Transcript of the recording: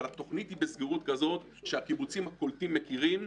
אבל התוכנית היא בסגירות כזאת שהקיבוצים קולטים מכירים,